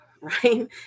right